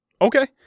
Okay